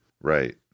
Right